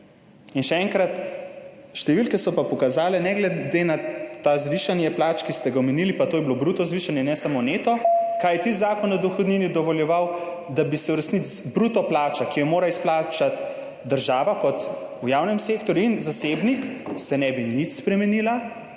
še enkrat, številke so pa pokazale, in sicer ne glede na to zvišanje plač, ki ste ga omenili, pa to je bilo bruto zvišanje, ne samo neto, kajti Zakon o dohodnini je dovoljeval, da se v resnici bruto plača, ki jo mora izplačati država v javnem sektorju in zasebnik, ne bi nič spremenila,